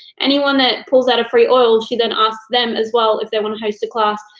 anyone that pulls out a free oil, she then asks them as well if they wanna host a class,